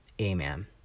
amen